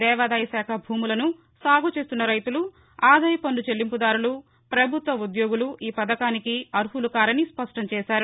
దేవాదాయశాఖ భూములను సాగు చేస్తున్న రైతులు ఆదాయపు పన్ను చెల్లింపుదారులు పభుత్వ ఉద్యోగులు ఈ పథకానికి అర్మలు కారని స్పష్టం చేశారు